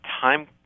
time